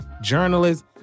journalists